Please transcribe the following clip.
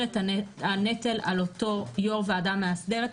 את הנטל על אותו יושב-ראש ועדה מאסדרת,